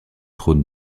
trône